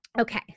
Okay